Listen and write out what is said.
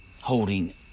holding